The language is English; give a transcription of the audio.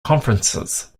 conferences